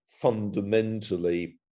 fundamentally